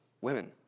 Women